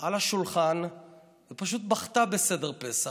על השולחן ופשוט בכתה בסדר פסח.